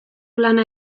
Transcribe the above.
lana